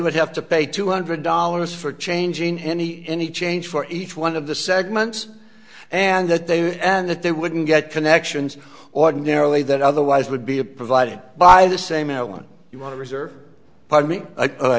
would have to pay two hundred dollars for changing any any change for each one of the segments and that they would and that they wouldn't get connections ordinarily that otherwise would be a provided by the same one you want to reserve pardon me i